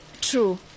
True